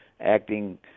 acting